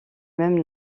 même